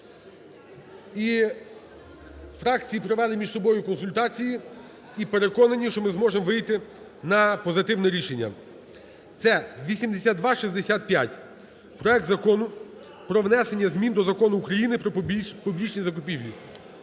І фракції провели між собою консультації, і переконані, що ми зможемо вийти на позитивне рішення. Це 8265: проект Закону про внесення змін до Закону України "Про публічні закупівлі".